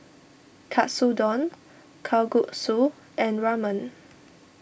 Katsudon Kalguksu and Ramen